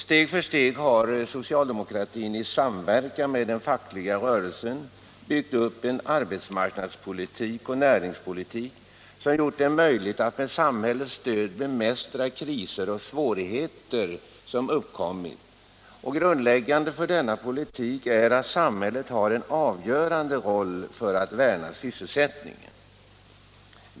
Steg för steg har socialdemokratin i samverkan med den fackliga rörelsen byggt upp en arbetsmarknadspolitik och en näringspolitik som gjort det möjligt att med samhällets stöd bemästra kriser och svårigheter som uppkommit. Grundläggande för denna politik är att samhället har en avgörande roll för att värna sysselsättningen.